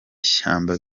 shyamba